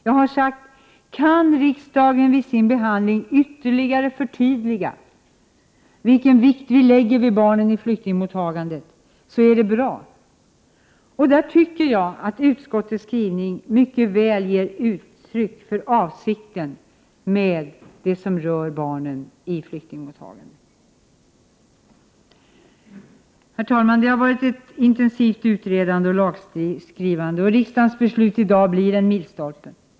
Jag har sagt: Kan riksdagen vid sin behandling ytterligare förtydliga vilken vikt vi lägger vid barnen i flyktingmottagandet, så är det bra. Där tycker jag att utskottets skrivning mycket väl ger uttryck för avsikten med det som rör barnen i flyktingmottagandet. Herr talman! Det har varit ett intensivt utredande och lagskrivande, och riksdagens beslut i dag blir en milstolpe.